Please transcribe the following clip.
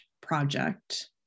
project